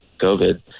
COVID